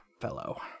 fellow